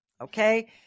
okay